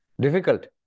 Difficult